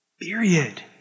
Period